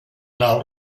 nau